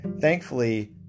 Thankfully